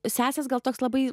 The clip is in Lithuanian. sesės gal toks labai